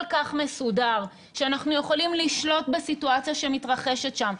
שאנחנו יכולים לשלוט בסיטואציה שמתרחשת שם,